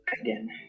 again